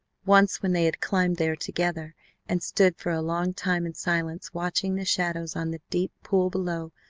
once when they had climbed there together and stood for a long time in silence watching the shadows on the deep pool below,